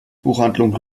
buchhandlung